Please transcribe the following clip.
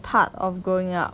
part of growing up